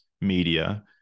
media